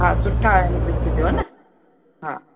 हा सुठा अंब विझिजो हा न हा